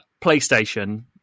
PlayStation